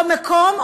או מקום,